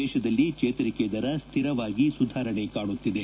ದೇಶದಲ್ಲಿ ಚೇತರಿಕೆ ದರ ಸ್ಥಿರವಾಗಿ ಸುಧಾರಣೆ ಕಾಣುತ್ತಿದೆ